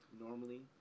normally